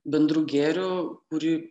bendru gėriu kurį